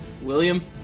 William